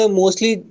mostly